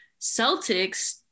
Celtics